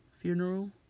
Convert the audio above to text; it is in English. funeral